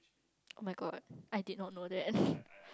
oh-my-god I did not know that